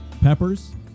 peppers